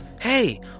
Hey